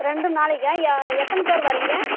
ரெண்டு நாளைக்கா யா எத்தனை பேர் வாரிங்க